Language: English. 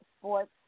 sports